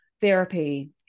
therapy